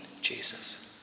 Jesus